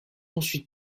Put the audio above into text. ensuite